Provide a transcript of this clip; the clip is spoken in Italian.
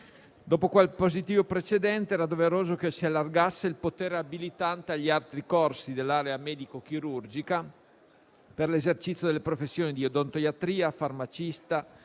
Dopo quel positivo precedente, era doveroso che si allargasse il potere abilitante agli altri corsi dell'area medico-chirurgica per l'esercizio delle professioni di odontoiatria, farmacista,